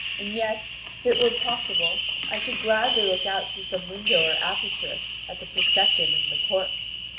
and yet, if it were possible i should gladly look out through some window or aperture at the procession and the corpse.